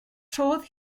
trodd